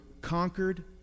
conquered